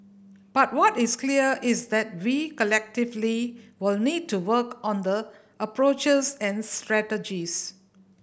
but what is clear is that we collectively will need to work on the approaches and strategies